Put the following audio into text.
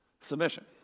Submission